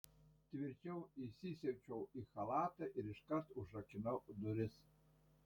tvirčiau įsisiaučiau į chalatą ir iškart užrakinau duris